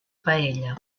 paella